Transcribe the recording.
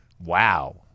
Wow